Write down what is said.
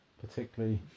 particularly